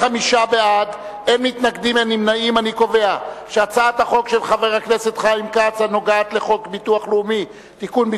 ההצעה להעביר את הצעת חוק הביטוח הלאומי (תיקון,